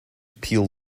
peel